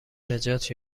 نجات